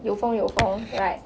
有风有风 right